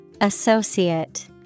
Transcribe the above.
Associate